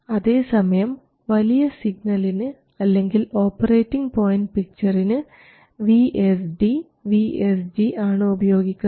അതേസമയം വലിയ സിഗ്നലിന് അല്ലെങ്കിൽ ഓപ്പറേറ്റിംഗ് പോയൻറ് പിക്ചറിന് VSD VSG ആണ് ഉപയോഗിക്കുന്നത്